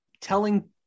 telling